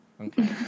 Okay